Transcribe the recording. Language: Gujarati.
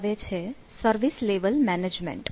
હવે આવે છે સર્વિસ લેવલ મેનેજમેન્ટ